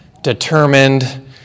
determined